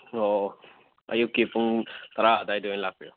ꯑꯣ ꯑꯣ ꯑꯣ ꯑꯌꯨꯛꯀꯤ ꯄꯨꯡ ꯇꯔꯥ ꯑꯗꯨꯋꯥꯏꯗ ꯑꯣꯏꯅ ꯂꯥꯛꯄꯤꯔꯣ